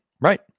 Right